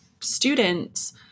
students